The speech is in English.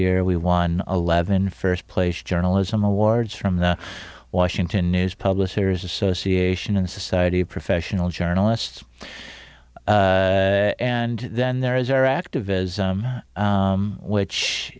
year we won eleven first place journalism awards from the washington news publishers association and society of professional journalists and then there is our active as which